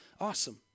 awesome